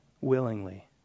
willingly